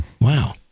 Wow